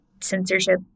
censorship